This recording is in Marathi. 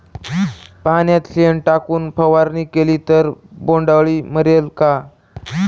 पाण्यात शेण टाकून फवारणी केली तर बोंडअळी मरेल का?